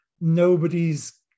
nobody's